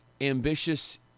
ambitious